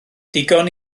digon